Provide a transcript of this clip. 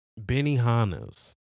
Benihana's